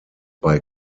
bei